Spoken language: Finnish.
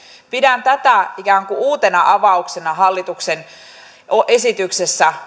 pidän tätä ikään kuin uutena avauksena hallituksen esityksessä